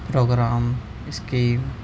program scheme